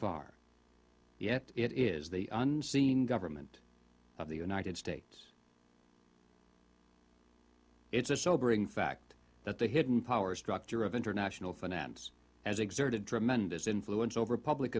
f r yet it is the unseen government of the united states it's a sobering fact that the hidden power structure of international finance has exerted tremendous influence over public